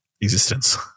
existence